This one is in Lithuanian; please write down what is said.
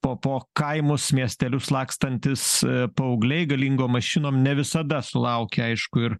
po po kaimus miestelius lakstantys paaugliai galingom mašinom ne visada sulaukia aišku ir